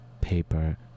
paper